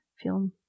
feel